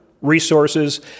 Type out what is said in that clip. resources